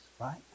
right